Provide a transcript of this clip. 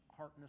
heartness